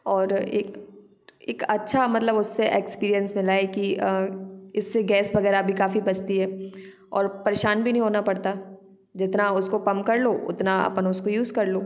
और एक एक अच्छा मतलब उससे एक्सपीरियंस मिला है कि अ इससे गैस वगैरह भी काफ़ी बचती है और परेशान भी नहीं होना पड़ता जितना उसको पम्प कर लो उतना अपन उसको यूज़ कर लो